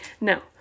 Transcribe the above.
No